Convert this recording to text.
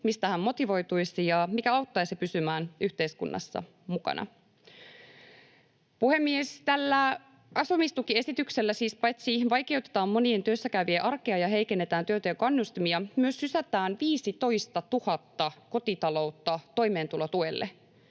mistä hän motivoituisi ja mikä auttaisi pysymään yhteiskunnassa mukana. Puhemies! Tällä asumistukiesityksellä siis paitsi vaikeutetaan monien työssä käyvien arkea ja heikennetään työnteon kannustimia myös sysätään 15 000 kotitaloutta toimeentulotuelle.